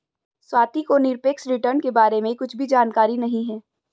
स्वाति को निरपेक्ष रिटर्न के बारे में कुछ भी जानकारी नहीं है